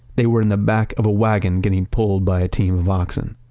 they were in the back of a wagon getting pulled by a team of oxen.